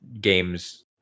games